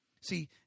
See